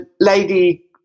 lady